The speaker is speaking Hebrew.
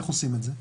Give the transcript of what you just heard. איך עושים את זה?